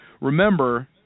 Remember